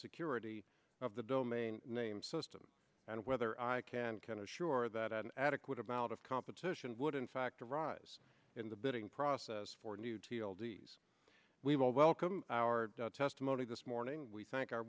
security of the domain name system and whether i can kind of sure that an adequate amount of competition would in fact arise in the bidding process for new t oldies we will welcome our testimony this morning we thank